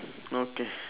okay